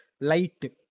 light